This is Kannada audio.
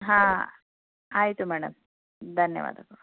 ಹಾಂ ಆಯಿತು ಮೇಡಮ್ ಧನ್ಯವಾದಗಳು